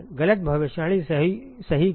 गलत भविष्यवाणी सही क्यों